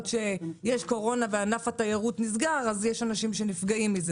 שיש קורונה וענף התיירות נסגר ואז יש אנשים שנפגעים מזה.